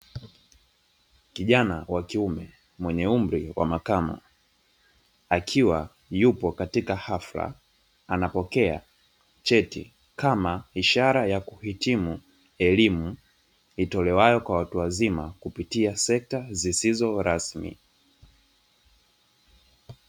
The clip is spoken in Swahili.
Kijana wa kiume mwenye umri wa makamo akiwa yupo katika hafla ,anapokea cheti kama ishara ya kuhitimu elimu itolewayo kwa watu wazima kupitia sekta zisizo rasmi.